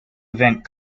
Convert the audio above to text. event